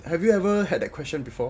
have you ever had that question before